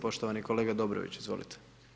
Poštovani kolega Dobrović, izvolite.